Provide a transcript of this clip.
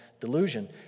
delusion